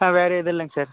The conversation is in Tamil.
ஆ வேறு எதுவும் இல்லைங் சார்